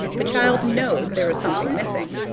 the child knows there is something missing,